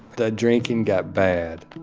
the drinking got bad.